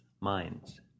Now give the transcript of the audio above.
minds